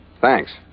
Thanks